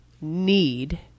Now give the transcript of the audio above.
need